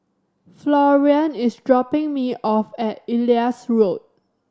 Florian is dropping me off at Elias Road